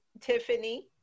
Tiffany